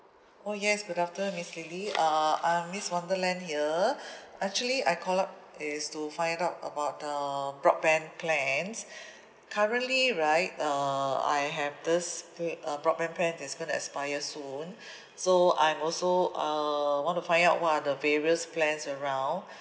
oh yes good afternoon miss lily uh I'm miss wonderland here actually I call up is to find out about the broadband plans currently right uh I have this pl~ uh broadband plan that's gonna expire soon so I'm also uh want to find out what are the various plans around